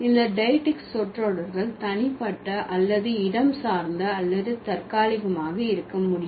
இந்த டெய்க்ட்டிக் சொற்றொடர்கள் தனிப்பட்ட அல்லது இடம் சார்ந்த அல்லது தற்காலிகமாக இருக்க முடியும்